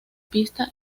pista